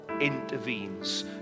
intervenes